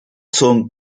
zum